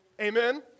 amen